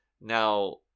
now